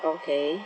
okay